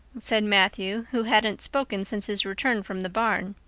said matthew, who hadn't spoken since his return from the barn.